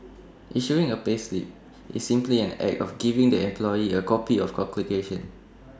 issuing A payslip is simply an act of giving the employee A copy of the calculation